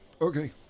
okay